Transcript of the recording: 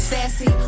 Sassy